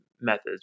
methods